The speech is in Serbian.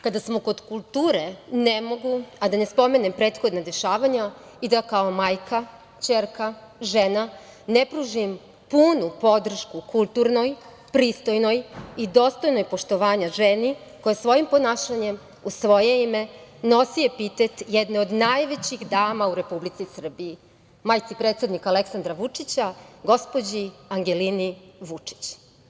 Kada smo kod kulture, ne mogu a da ne spomenem prethodna dešavanja i da kao majka, ćerka, žena ne pružim punu podršku kulturnoj pristojnoj i dostojnoj poštovanja ženi, koja svojim ponašanjem u svoje ime nosi epitet jedne od najvećih dama u Republici Srbiji, majci predsednika Aleksandra Vučića, gospođi Angelini Vučić.